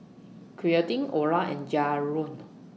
Quintin Orla and Jaron